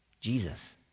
Jesus